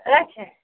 اچھا